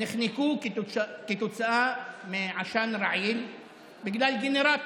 נחנקו כתוצאה מעשן רגיל בגלל גנרטור.